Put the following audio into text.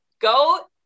go